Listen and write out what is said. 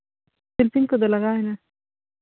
ᱥᱤᱞᱯᱤᱧ ᱠᱚᱫᱚ ᱞᱟᱜᱟᱣ ᱮᱱᱟ